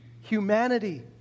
Humanity